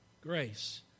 Grace